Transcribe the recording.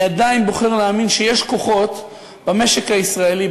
אני עדיין בוחר להאמין שיש כוחות במשק הישראלי,